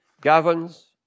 governs